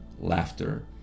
laughter